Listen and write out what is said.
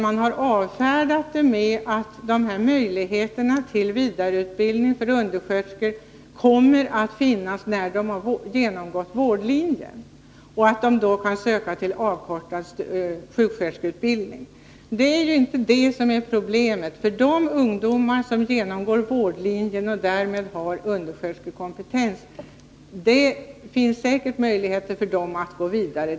Man har avfärdat den med att möjligheterna till vidareutbildning för undersköterskor kommer att finnas när de har genomgått vårdlinjen och att de då kan söka till den avfolkade sjuksköterskeutbildningen. Men det är ju inte det som är problemet för de ungdomar som genomgått vårdlinjen och därmed har undersköterskekompetens. Det är riktigt att det finns möjligheter för dem att gå vidare.